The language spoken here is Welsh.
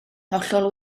hollol